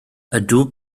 ydw